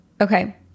Okay